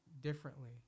differently